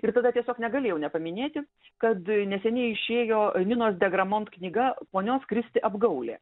ir tada tiesiog negalėjau nepaminėti kad neseniai išėjo ninos degramont knyga ponios kristi apgaulė